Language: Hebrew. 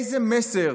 איזה מסר